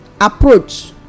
approach